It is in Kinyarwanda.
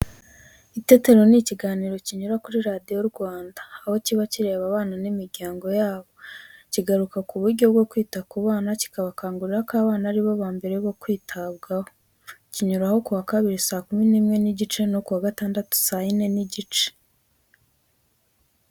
Itetero ni ikiganiro kinyura kuri Radiyo Rwanda, aho kiba kireba abana n'imiryango yabo, kikagaruka ku buryo bwo kwita ku bana, kikabakangurira ko abana ari bo ba mbere bo kwitabwaho. Kinyuraho ku wa Kabiri saa kumi n'imwe n'igice no ku wa Gatandatu saa yine n'igice.